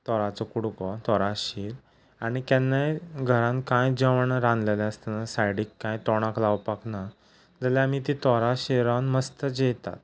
तोराचो कुडको तोरा शीर आनी केन्नाय घरान कांय जेवण रानलेलें आसता सायडीक कांय तोंडाक लावपाक ना जाल्यार आमी तें तोरा शिरान मस्त जेवतात